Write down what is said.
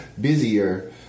busier